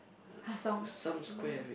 her songs New-York